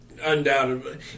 Undoubtedly